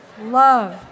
love